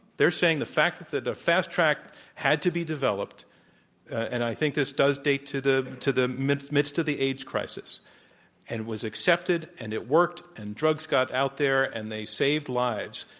they're saying the fact that the the fast track had to be developed and i think this does date to the to the midst midst of the aids crisis and was accepted, and it worked, and drugs got out there, and they saved lives,